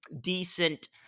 decent